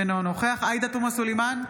אינו נוכח עאידה תומא סלימאן,